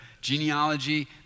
genealogy